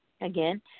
Again